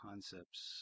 Concepts